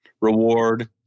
reward